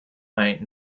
might